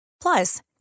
Plus